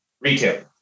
Retail